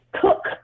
cook